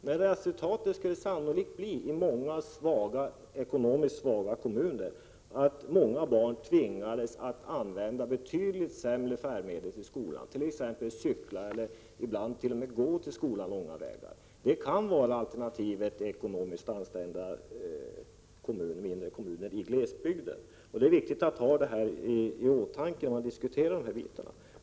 Men resultatet skulle i många ekonomiskt svaga kommuner sannolikt bli att många barn tvingades använda betydligt sämre färdmedel till skolan, t.ex. cykla eller t.o.m. gå till skolan långa vägar. Det kan vara alternativet i ekonomiskt ansträngda kommuner i glesbygden. Det är viktigt att ha detta i åtanke när man diskuterar den här frågan.